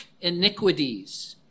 iniquities